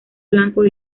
blancos